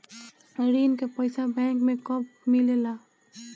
ऋण के पइसा बैंक मे कब मिले ला?